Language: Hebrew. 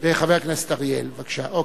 וחבר הכנסת אריאל, אוקיי.